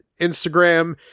Instagram